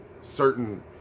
certain